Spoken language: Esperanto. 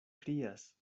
krias